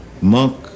Monk